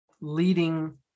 leading